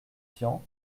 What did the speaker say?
tian